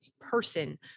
person